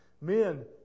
Men